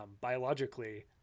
biologically